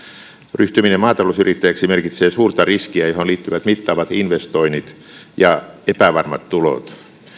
ryhtyminen maatalousyrittäjäksi merkitsee suurta riskiä johon liittyvät mittavat investoinnit ja epävarmat tulot